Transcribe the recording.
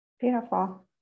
Beautiful